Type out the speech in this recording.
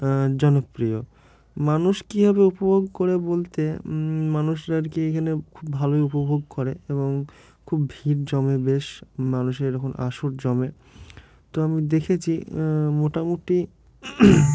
জনপ্রিয় মানুষ কীভাবে উপভোগ করে বলতে মানুষরা আর কি এখানে খুব ভালোই উপভোগ করে এবং খুব ভিড় জমে বেশ মানুষেরএই রকম আসর জমে তো আমি দেখেছি মোটামুটি